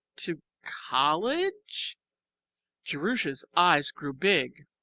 to college jerusha's eyes grew big.